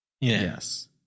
Yes